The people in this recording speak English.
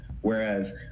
Whereas